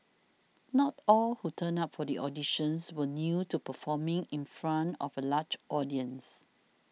not all who turned up for the auditions were new to performing in front of a large audience